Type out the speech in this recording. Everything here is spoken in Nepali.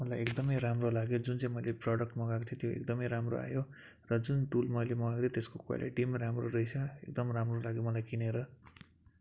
मलाई एकदमै राम्रो लाग्यो जुन चाहिँ मैले प्रोडक्ट मगाएको थिएँ त्यो एकदमै राम्रो आयो र जुन टुल मैले मगाएको थिएँ त्यसको क्वालिटी पनि राम्रो रहेछ एकदम राम्रो लाग्यो मलाई किनेर